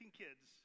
kids